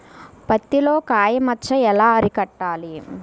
పత్తిలో కాయ మచ్చ ఎలా అరికట్టాలి?